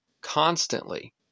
constantly